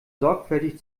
sorgfältig